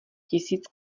tisíc